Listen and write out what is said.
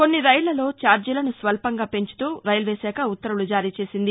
కొన్ని రైక్లల్లో ఛార్జీలను స్వల్పంగా పెంచుతూ రైల్వేశాఖ ఉత్తర్వులు జారీ చేసింది